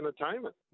entertainment